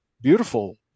beautiful